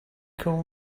call